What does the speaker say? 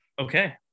okay